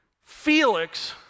Felix